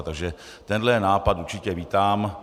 Takže tenhle nápad určitě vítám.